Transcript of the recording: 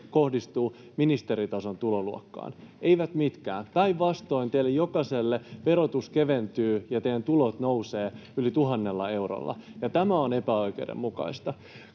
kohdistuvat ministeritason tuloluokkaan? Eivät mitkään. Päinvastoin teille jokaiselle verotus keventyy ja teidän tulonne nousevat yli tuhannella eurolla. Tämä on epäoikeudenmukaista.